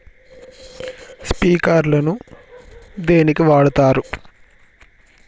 Sprinkler ను దేనికి వాడుతరు?